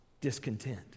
Discontent